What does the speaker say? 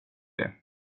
det